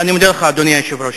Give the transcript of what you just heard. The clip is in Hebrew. אני מודה לך, אדוני היושב-ראש.